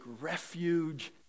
refuge